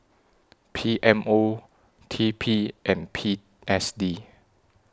P M O T P and P S D